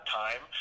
time